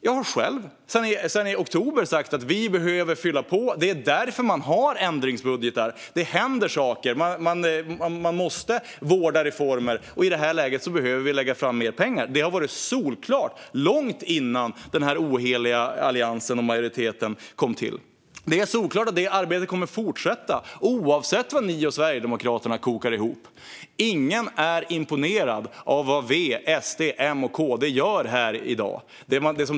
Jag har själv sedan i oktober sagt att vi behöver fylla på. Det är därför man har ändringsbudgetar. Det händer saker; man måste vårda reformer. I det här läget behöver vi lägga fram mer pengar. Detta var solklart långt innan den här oheliga alliansen och majoriteten kom till. Det är solklart att detta arbete kommer att fortsätta, oavsett vad ni och Sverigedemokraterna kokar ihop. Ingen är imponerad av vad V, SD, M och KD gör här i dag.